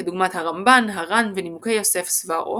כדוגמת הרמב"ן הר"ן ונימוקי יוסף סברו